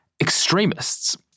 extremists